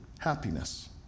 Happiness